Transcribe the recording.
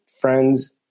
friends